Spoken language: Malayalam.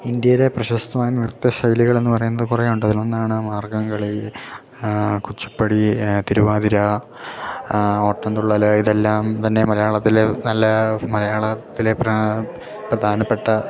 ഇന്ത്യയിലെ പ്രശസ്തമായ നൃത്ത ശൈലികളെന്ന് പറയുന്നത് കുറേ ഉണ്ട് അതിലൊന്നാണ് മാർഗ്ഗങ്കളി കുച്ചിപ്പുടി തിരുവാതിര ഓട്ടന്തുള്ളൽ ഇതെല്ലാം തന്നെ മലയാളത്തിലെ നല്ല മലയാളത്തിലെ പ്രധാനപ്പെട്ട